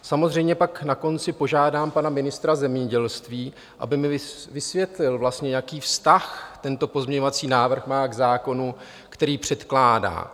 Samozřejmě pak na konci požádám pana ministra zemědělství, aby mi vysvětlil, jaký vztah tento pozměňovací návrh má k zákonu, který předkládá.